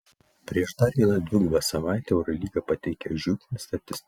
prieš dar vieną dvigubą savaitę eurolyga pateikia žiupsnį statistikos